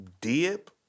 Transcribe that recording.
dip